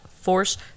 force